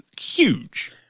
huge